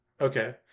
okay